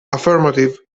affirmative